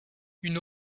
une